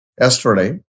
yesterday